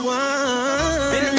one